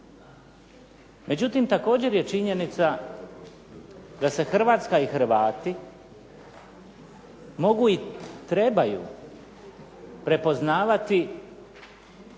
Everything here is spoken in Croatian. Međutim, također je činjenica da se Hrvatska i Hrvati mogu i trebaju prepoznavati